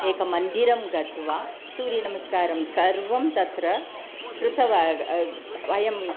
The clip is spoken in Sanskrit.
एकं मन्दिरं गत्वा सूर्यनमस्कारं सर्वं तत्र कृतवान् वयम्